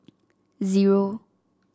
zero